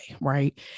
right